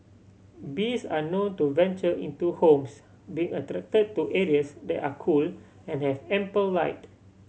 bees are known to venture into homes being attract to areas that are cool and have ample light